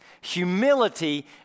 humility